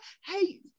Hey